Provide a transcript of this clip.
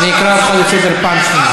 אני אקרא אותך לסדר פעם שנייה.